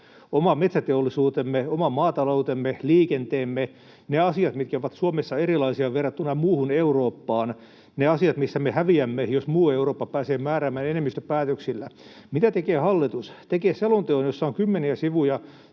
oma metsäteollisuutemme, oma maataloutemme, liikenteemme, ne asiat, mitkä ovat Suomessa erilaisia verrattuna muuhun Eurooppaan, ne asiat, missä me häviämme, jos muu Eurooppa pääsee määräämään enemmistöpäätöksillä. Mitä tekee hallitus? Tekee selonteon, jossa on kymmeniä sivuja